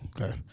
okay